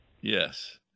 Yes